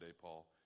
Paul